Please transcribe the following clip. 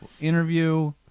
interview